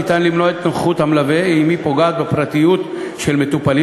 ניתן למנוע את נוכחות המלווה אם היא פוגעת בפרטיות של מטופלים